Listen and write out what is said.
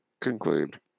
conclude